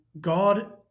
God